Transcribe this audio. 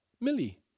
Millie